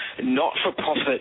not-for-profit